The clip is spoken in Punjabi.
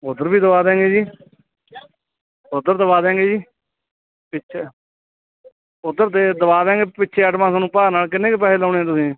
ਉੱਧਰ ਵੀ ਦਵਾ ਦਿਆਂਗੇ ਜੀ ਉੱਧਰ ਦਵਾ ਦਿਆਂਗੇ ਜੀ ਪਿੱਛੇ ਉੱਧਰ ਦੇ ਦਵਾ ਦਿਆਂਗੇ ਪਿੱਛੇ ਐਟਮਾਂ ਤੁਹਾਨੂੰ ਭਾਅ ਨਾਲ ਕਿੰਨੇ ਕੁ ਪੈਸੇ ਲਾਉਣੇ ਤੁਸੀਂ